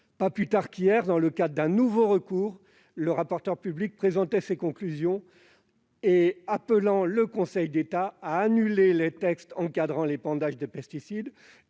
Pas plus tard qu'hier, dans le cadre d'un nouveau recours, le rapporteur public, présentant ses conclusions, appelait le Conseil d'État à annuler les textes encadrant l'épandage des pesticides,